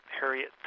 Harriet